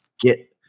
get